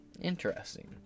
Interesting